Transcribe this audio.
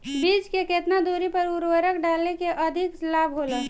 बीज के केतना दूरी पर उर्वरक डाले से अधिक लाभ होला?